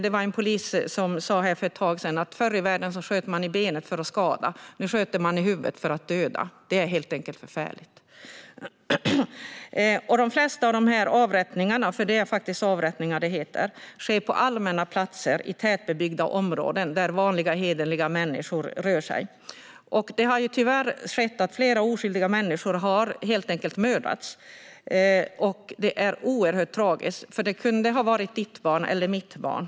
En polis sa för ett tag sedan att förr i världen sköt man i benet för att skada, men nu skjuter man i huvudet för att döda. Det är helt enkelt förfärligt. De flesta av de här avrättningarna - för det är faktiskt avrättningar - sker på allmänna platser i tätbebyggda områden där vanliga hederliga människor rör sig. Flera oskyldiga människor har tyvärr mördats. Det är oerhört tragiskt. Det kunde ha varit ditt barn eller mitt barn.